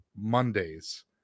Mondays